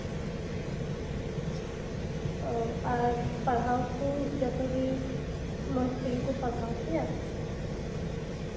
ᱚ ᱟᱨ ᱯᱟᱲᱦᱟᱣ ᱠᱩ ᱡᱚᱛᱚ ᱜᱮ ᱢᱚᱸᱡ ᱛᱮᱜᱮ ᱠᱩ ᱯᱟᱲᱦᱟᱣ ᱯᱮᱭᱟ